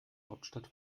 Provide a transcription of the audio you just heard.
hauptstadt